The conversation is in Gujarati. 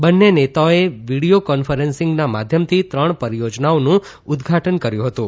બંને નેતાઓએ વિડીયો કોન્ફરન્સીંગના માધ્યમથી ત્રણ પરિયોજનાઓનું ઉદ્દઘાટન કર્યું હતું